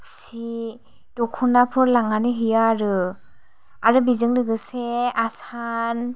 सि दख'नाफोर लांनानै हैयो आरो आरो बिजों लोगोसे आसान